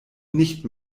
nicht